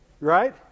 right